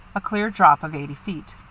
a clear drop of eighty feet.